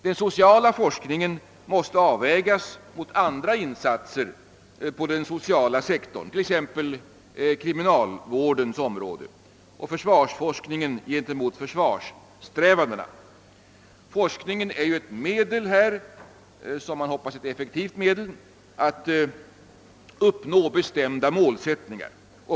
Den sociala forskningen måste avvägas mot andra insatser på den sociala sektorn, t.ex. på kriminalvårdens område, och försvarsforskningen gentemot försvarssträvandena. Forskningen är ju ett medel — ett effektivt medel, hoppas man — att uppnå bestämda målsättningar.